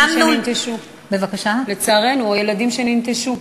או לצערנו ילדים שננטשו.